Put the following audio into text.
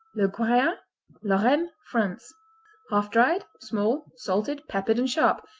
legueyin lorraine, france half-dried small salted peppered and sharp.